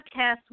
podcast